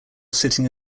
sitting